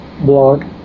blog